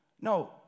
No